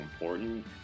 important